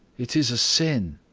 it is a sin.